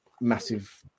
massive